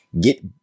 get